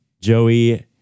Joey